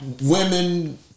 Women